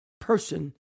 person